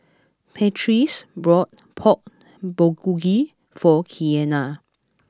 Beatrice bought Pork Bulgogi for Keanna